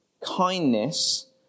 Kindness